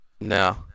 No